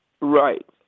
Right